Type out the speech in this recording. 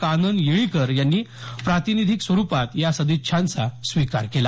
कानन येळीकर यांनी प्रातिनिधिक स्वरुपात या सदिच्छांचा स्वीकार केला